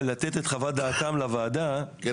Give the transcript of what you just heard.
--- רגע,